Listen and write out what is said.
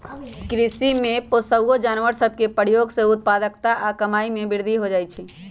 कृषि में पोअउऔ जानवर सभ के प्रयोग से उत्पादकता आऽ कमाइ में वृद्धि हो जाइ छइ